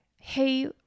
hey